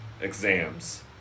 exams